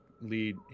lead